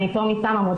445 אמרו שהן